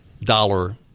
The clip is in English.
dollar